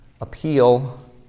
appeal